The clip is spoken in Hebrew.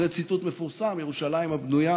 זה ציטוט מפורסם: "ירושלם הבנויה